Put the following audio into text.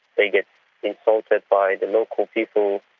they get insulted by the local people,